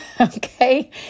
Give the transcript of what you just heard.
Okay